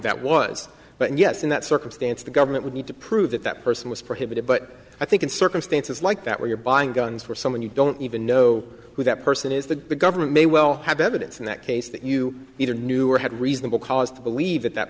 that was but yes in that circumstance the government would need to prove that that person was prohibited but i think in circumstances like that where you're buying guns for someone you don't even know who that person is the government may well have evidence in that case that you either knew or had reasonable cause to believe that that